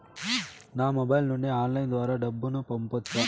నా మొబైల్ నుండి ఆన్లైన్ ద్వారా డబ్బును పంపొచ్చా